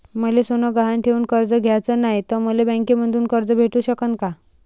मले सोनं गहान ठेवून कर्ज घ्याचं नाय, त मले बँकेमधून कर्ज भेटू शकन का?